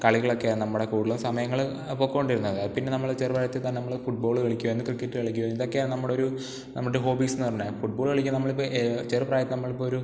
കളികളൊക്കെയാണ് നമ്മുടെ കൂടുതലും സമയങ്ങൾ പൊയ്ക്കൊണ്ടിരുന്നത് പിന്നെ നമ്മൾ ചെറുപ്രായത്തിൽ തന്നെ നമ്മൾ ഫുട് ബോൾ കളിക്കുമായിരുന്നു ക്രിക്കറ്റ് കളിക്കുമായിരുന്നു ഇതൊക്കെയാണ് നമ്മളൊരു നമ്മുടെ ഹോബീസെന്നു പറഞ്ഞ ഫുട് ബോൾ കളിക്കാൻ നമ്മളിപ്പം ചെറുപ്രായത്തിൽ നമ്മളിപ്പൊരു